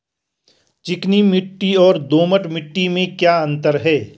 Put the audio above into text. चिकनी मिट्टी और दोमट मिट्टी में क्या क्या अंतर है?